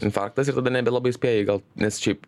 infarktas ir tada nebelabai spėji gal nes šiaip